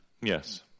Yes